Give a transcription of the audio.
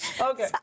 okay